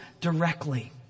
directly